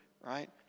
right